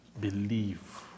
believe